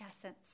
essence